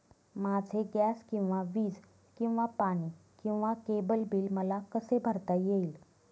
माझे गॅस किंवा वीज किंवा पाणी किंवा केबल बिल मला कसे भरता येईल?